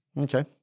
Okay